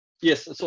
yes